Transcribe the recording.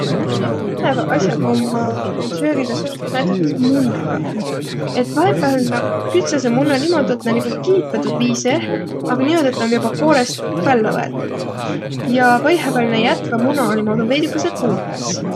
Mõnõq põnõvaq as'aq ommaq näil söögiga seossõh näütüses munnõga. Et vahepääl nä küdsäseq munna nigu niimuudu, et nä kiitväq tuud vii seeh, aga niimuudu, et om joba koorõst vällä võetu ja vaihõpääl nä jätvä muna niimuudu veidükese tuurõs.